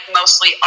mostly